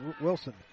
Wilson